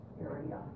area